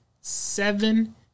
seven